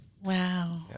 Wow